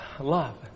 love